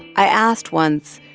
i asked once,